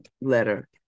letter